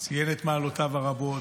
ציין את מעלותיו הרבות,